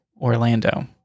Orlando